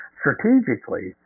strategically